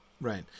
right